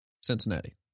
Cincinnati